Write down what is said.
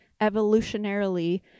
evolutionarily